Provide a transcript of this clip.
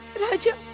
raja!